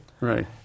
Right